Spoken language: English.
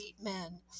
men